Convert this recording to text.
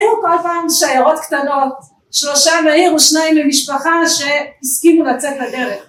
‫היו כל פעם שיירות קטנות, ‫שלושה לעיר ושניים למשפחה ‫שהסכימו לצאת לדרך.